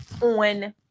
on